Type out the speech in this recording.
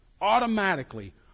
automatically